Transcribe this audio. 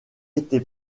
été